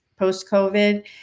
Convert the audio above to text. post-COVID